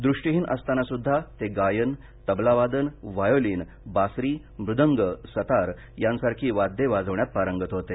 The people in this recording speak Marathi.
दृष्टिहीन असतानासुद्धा ते गायन तबलवादन व्हायोलिन बासरी मृदंग सतार यांसारखी वाद्ये वाजविण्यात पारंगत होते